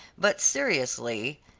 but, seriously,